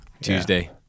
Tuesday